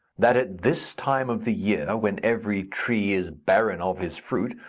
that at this time of the year, when every tree is barren of his fruit,